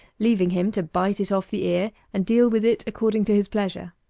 leaving him to bite it off the ear, and deal with it according to his pleasure.